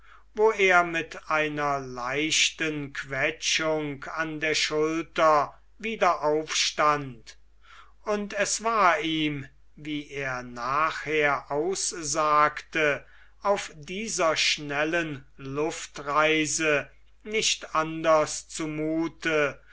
wo er mit einer leichten quetschung an der schulter wieder aufstand und es war ihm wie er nachher aussagte auf dieser schnellen luftreise nicht anders zu